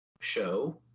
show